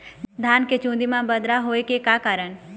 धान के चुन्दी मा बदरा होय के का कारण?